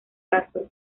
caso